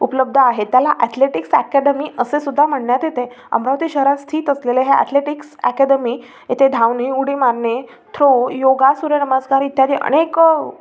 उपलब्ध आहे त्याला ॲथलेटिक्स ॲकॅडमी असे सुद्धा म्हणण्यात येते अमरावती शहरात स्थित असलेले हे ॲथलेटिक्स ॲकॅडमी येथे धावणे उडी मारणे थ्रो योगा सूर्यनमस्कार इत्यादी अनेक